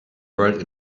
whirled